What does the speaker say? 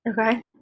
Okay